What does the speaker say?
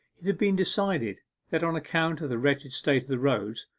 it had been decided that on account of the wretched state of the roads,